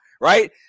right